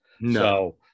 no